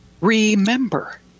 remember